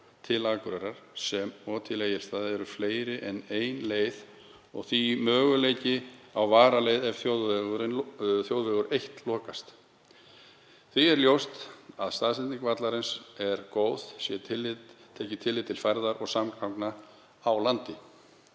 til Akureyrar sem og til Egilsstaða eru fleiri en ein leið og því er möguleiki á varaleið ef þjóðvegur 1 lokast. Því er ljóst að staðsetning vallarins er góð sé litið til færðar og samgangna á landi.